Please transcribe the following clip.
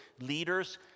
Leaders